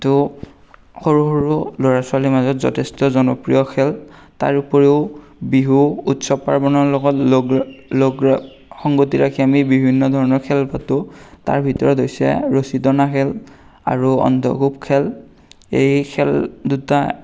তো সৰু সৰু ল'ৰা ছোৱালীৰ মাজত যথেষ্ট জনপ্ৰিয় খেল তাৰ উপৰিও বিহু উৎসৱ পাৰ্বণৰ লগত সংগতি ৰাখি আমি বিভিন্ন ধৰণৰ খেল পাতোঁ তাৰ ভিতৰত হৈছে ৰচি টনা খেল আৰু অন্ধগোপ খেল এই খেল দুটা